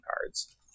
cards